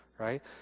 right